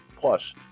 Plus